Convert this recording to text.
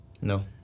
No